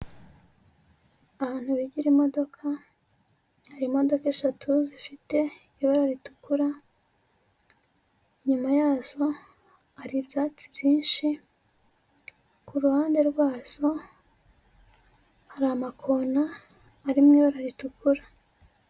Ahantu bigira imodoka, hari imodoka eshatu zifite ibara ritukura, inyuma yazo hari ibyatsi byinshi, ku ruhande rwazo hari amakona ari mu ibara ritukura.